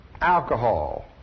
Alcohol